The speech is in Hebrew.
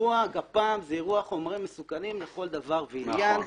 אירוע גפ"מ זה אירוע חומרים מסוכנים לכל דבר ועניין.